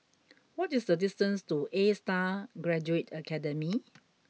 what is the distance to A Star Graduate Academy